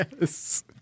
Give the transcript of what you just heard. Yes